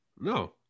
No